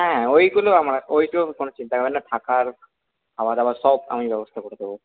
হ্যাঁ ওইগুলো আমার ওই সবে কোনো চিন্তা হবে না থাকার খাওয়াদাওয়া সব আমি ব্যবস্থা করে দেবো